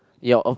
ya or